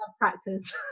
practice